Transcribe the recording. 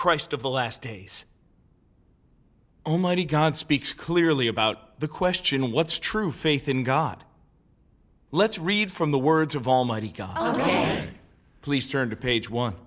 christ of the last days oh mighty god speaks clearly about the question what's true faith in god let's read from the words of almighty god please turn to page one